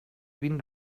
been